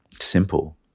simple